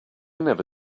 never